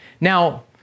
Now